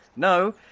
no,